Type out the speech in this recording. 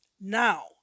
Now